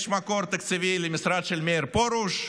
יש מקור תקציבי למשרד של מאיר פרוש,